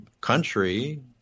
country